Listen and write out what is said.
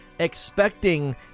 Expecting